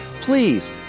Please